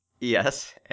Yes